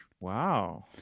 Wow